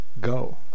Go